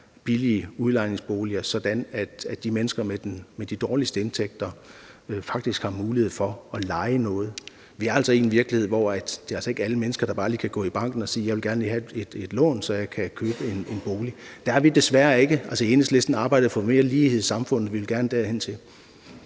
billige udlejningsboliger, sådan at de mennesker med de dårligste indtægter faktisk har mulighed for at leje noget. Vi er altså i en virkelighed, hvor det ikke er alle mennesker, der bare lige kan gå i banken og sige: Jeg vil gerne lige have et lån, så jeg kan købe en bolig. Dér er vi desværre ikke. I Enhedslisten arbejder vi for mere lighed i samfundet, og det vil vi gerne frem til.